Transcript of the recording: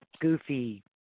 goofy